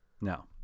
No